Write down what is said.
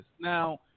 Now